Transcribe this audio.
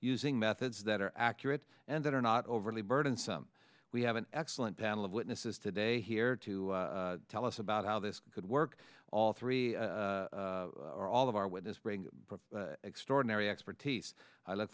using methods that are accurate and that are not overly burdensome we have an excellent panel of witnesses today here to tell us about how this could work all three or all of our with us bring extraordinary expertise i look